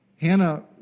Hannah